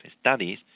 studies